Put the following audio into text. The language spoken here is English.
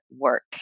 work